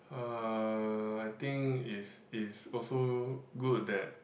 uh I think is is also good that